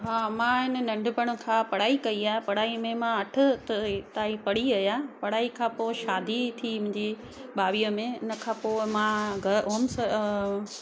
हा मां आहे न नंढिपण खां पढ़ाई कई आहे पढ़ाई में मां अठ त ताईं पढ़ी आहियां पढ़ाई खां पोइ शादी थी मुंहिंजी ॿावीह में उन खां पोइ मां